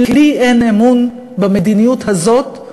כי לי אין אמון במדיניות הזאת,